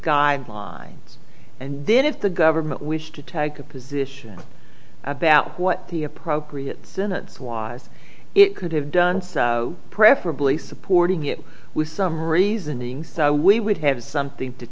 guidelines and then if the government wished to take a position about what the appropriate sentence was it could have done so preferably supporting it with some reasoning so we would have something to